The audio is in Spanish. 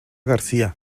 garcía